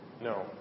No